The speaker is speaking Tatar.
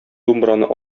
думбраны